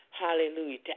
Hallelujah